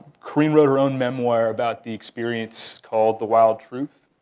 carine wrote her own memoir about the experience called the wild truth.